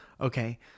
Okay